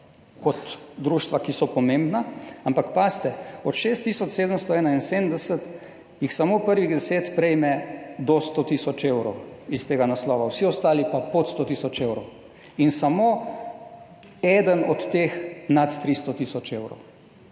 kot društva, ki so pomembna, ampak od šest tisoč 771 jih samo prvih deset prejme do 100 tisoč evrov iz tega naslova, vsi ostali pa pod 100 tisoč evrov in samo eden od teh nad 300 tisoč evrov.